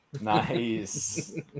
nice